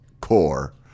core